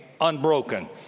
Unbroken